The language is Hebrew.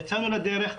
יצאנו לדרך,